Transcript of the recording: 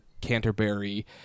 Canterbury